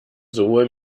sowohl